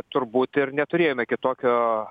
turbūt ir neturėjome kitokio